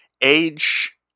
age